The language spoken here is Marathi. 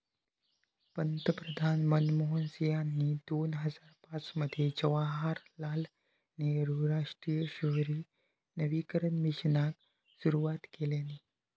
पंतप्रधान मनमोहन सिंहानी दोन हजार पाच मध्ये जवाहरलाल नेहरु राष्ट्रीय शहरी नवीकरण मिशनाक सुरवात केल्यानी